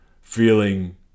feeling